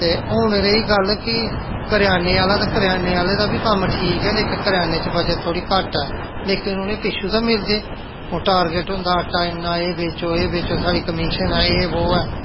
ते हून रेही गल्ल कि करयाने आहला ते करयाने आहले दा बी कम्म ठीक ऐ लेकिन करियाने च बचत थोड़ी घट्ट ऐ लेकिन उ'नें पिच्छूं दा मिलदी ओह् टारगेट होंदा आटा इन्ना एह् बेच्चो एह् बेच्चो साढ़ी कमीशन ऐ एह् वो ऐ